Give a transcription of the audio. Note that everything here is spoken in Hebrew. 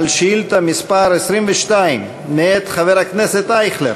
על שאילתה מס' 22 מאת חבר הכנסת אייכלר.